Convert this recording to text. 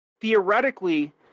Theoretically